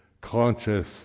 conscious